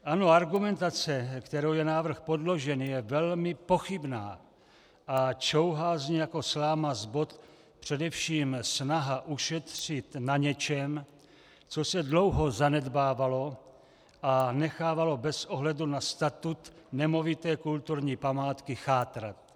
Ano, argumentace, kterou je návrh podložen, je velmi pochybná a čouhá z ní jako sláma z bot především snaha ušetřit na něčem, co se dlouho zanedbávalo a nechávalo bez ohledu na statut nemovité kulturní památky chátrat.